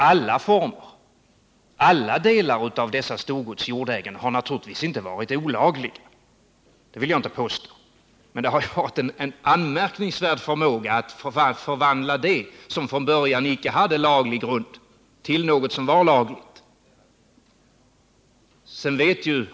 Att alla dessa former varit olagliga vill jag inte påstå, men storgodsägarna har haft en anmärkningsvärd förmåga att förvandla det som från början icke hade laglig grund till något som var lagligt.